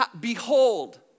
Behold